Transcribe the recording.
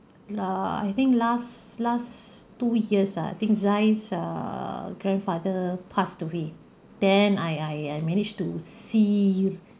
err I think last last two years ah I think zai's err grandfather passed away then I I I managed to see